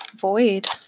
void